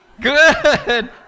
Good